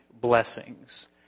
blessings